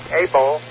able